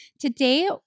Today